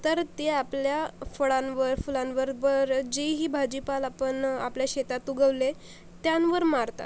तर ते आपल्या फळांवर फुलांवर बरं जे ही भाजीपाला आपण आपल्या शेतात उगवले त्यांवर मारतात